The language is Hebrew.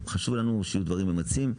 חשוב לנו שיהיו דברים ממצים,